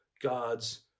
God's